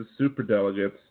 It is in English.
superdelegates